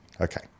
okay